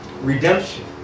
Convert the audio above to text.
redemption